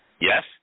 Yes